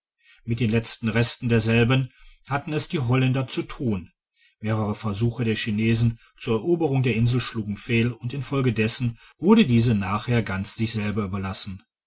mit den letzten resten derselben hatten es die holländer zu thun mehrere versuche der chinesen zur eroberung der insel schlugen fehl und infolgedessen wurde diese nachher ganz sich selber überlassen